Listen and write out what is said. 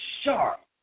sharp